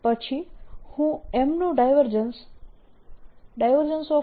પછી હું M નું ડાયવર્જન્સ